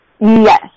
Yes